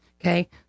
okay